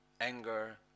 anger